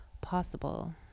possible